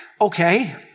okay